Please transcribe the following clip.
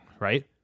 right